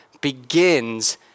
begins